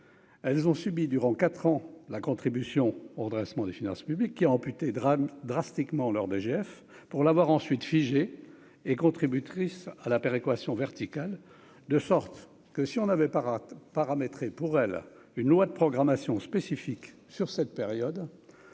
elles ont subi durant 4 ans, la contribution au redressement des finances publiques qui a amputé drame drastiquement leur DGF pour l'avoir ensuite figé et contributrice à la péréquation verticale, de sorte que si on avait pas paramétrer pour elle une loi de programmation spécifique sur cette période,